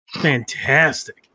Fantastic